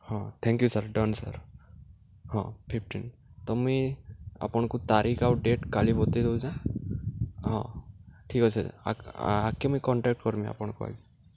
ହଁ thank you sir done sir ହଁ fifteen ତ ମୁଇଁ ଆପଣ୍କୁ ତାରିଖ୍ ଆଉ ଡେଟ୍ କାଲି ବତେଇଦଉଚେଁ ହଁ ଠିକ୍ ଅଛେ ଆଗ୍କେ ମୁଇଁ କଣ୍ଟାକ୍ଟ୍ କର୍ମି ଆପଣ୍କୁ ଆଜ୍ଞା